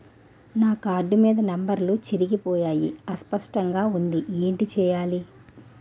నా కార్డ్ మీద నంబర్లు చెరిగిపోయాయి అస్పష్టంగా వుంది ఏంటి చేయాలి?